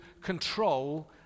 control